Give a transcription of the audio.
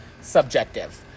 subjective